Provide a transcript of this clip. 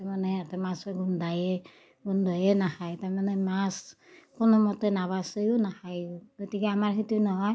তাৰমানে সিহেঁতে মাছে গোন্ধায়ে গোন্ধয়ে নাখায় তাৰমানে মাছ কোনোমতে নাবাচেও নাখায়ো গতিকে আমাৰ সেইটো নহয়